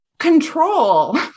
control